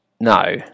no